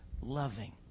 loving